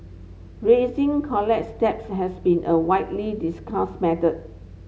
rising college debts has been a widely discussed matter